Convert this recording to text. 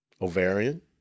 ovarian